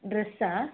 dress